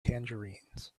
tangerines